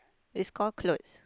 it's call clothes